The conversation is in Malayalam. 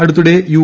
അടുത്തിടെ യു